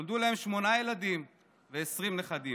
נולדו להם שמונה ילדים ו-20 נכדים.